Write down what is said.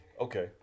okay